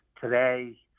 today